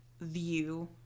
view